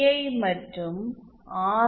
ஐ மற்றும் ஆர்